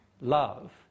love